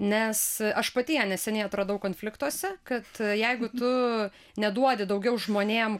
nes aš pati ją neseniai atradau konfliktuose kad jeigu tu neduodi daugiau žmonėm